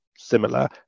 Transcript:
similar